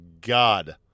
God